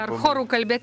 ar choru kalbėt